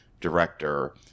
director